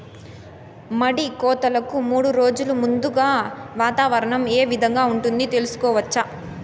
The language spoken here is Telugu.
మడి కోతలకు మూడు రోజులు ముందుగా వాతావరణం ఏ విధంగా ఉంటుంది, తెలుసుకోవచ్చా?